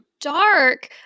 dark